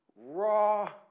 raw